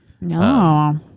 no